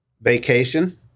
Vacation